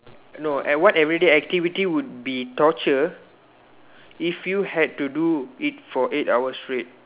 no and what everyday activity would be torture if you had to do it for eight hours straight